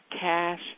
cash